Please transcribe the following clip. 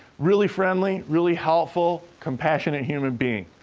really friendly, really helpful, compassionate human being.